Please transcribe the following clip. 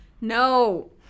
No